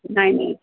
नाही नाही